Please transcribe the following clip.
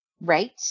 right